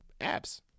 apps